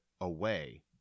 away